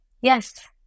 Yes